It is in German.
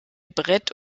brett